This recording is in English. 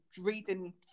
reading